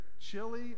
chili